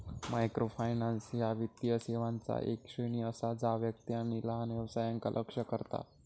microfinance ह्या वित्तीय सेवांचा येक श्रेणी असा जा व्यक्ती आणि लहान व्यवसायांका लक्ष्य करता